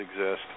exist